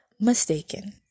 mistaken